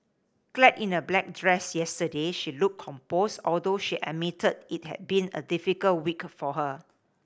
clad in a black dress yesterday she looked composed although she admitted it had been a difficult week for her